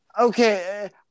Okay